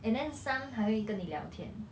and then some 还会跟你聊天